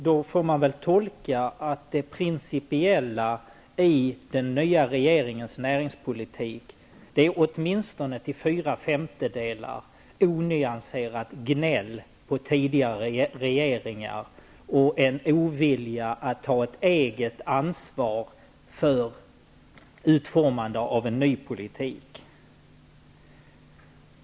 Då får jag väl tolka att det principiella i den nya regeringens näringspolitik är åtminstone till fyra femtedelar onyanserat gnäll på tidigare regeringar och en ovilja att ta ett eget ansvar för utformandet av en ny politik.